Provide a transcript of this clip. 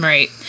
Right